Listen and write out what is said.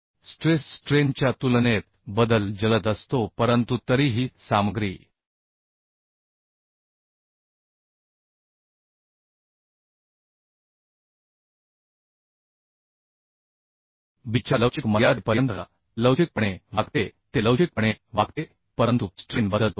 ते B stress strain च्या तुलनेत बदल जलद असतो परंतु तरीही सामग्री B च्या लवचिक मर्यादेपर्यंत लवचिकपणे वागते ते लवचिकपणे वागते परंतु स्ट्रेन बदलतो